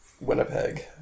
Winnipeg